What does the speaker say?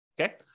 Okay